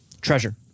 treasure